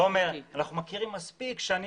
אנחנו מכירים הרבה שנים,